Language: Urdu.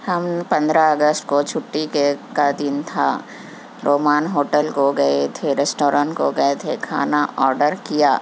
ہم پندرہ اگست کو چھٹی کے کا دن تھا رومان ہوٹل کو گئے تھے ریسٹورنٹ کو گئے تھے کھانا آرڈر کیا